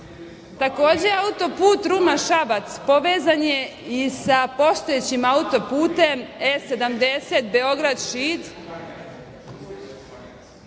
taksi. Takođe, auto put Ruma Šabac, povezan je i sa postojećem auto putem E70 Beograd Šid,